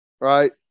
right